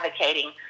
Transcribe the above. advocating